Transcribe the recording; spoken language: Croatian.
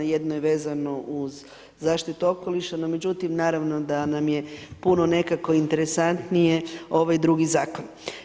Jedno je vezano uz zaštitu okoliša, no međutim, naravno da nam je puno nekako interesantnije ovaj drugi zakon.